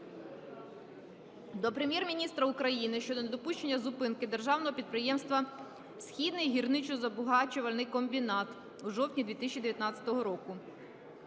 до Прем'єр-міністра України щодо недопущення зупинки Державного підприємства "Східний гірничо-збагачувальний комбінат" у жовтні 2019 року.